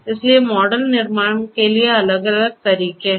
इसलिए मॉडल निर्माण के लिए अलग अलग तरीके हैं